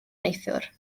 neithiwr